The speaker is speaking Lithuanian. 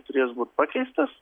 turės būt pakeistas